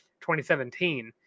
2017